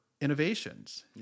innovations